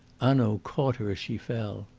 hanaud caught her as she fell.